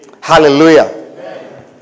Hallelujah